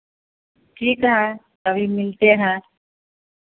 ठीक है कभी मिलते हैं